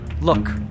Look